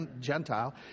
Gentile